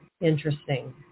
interesting